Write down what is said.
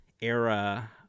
era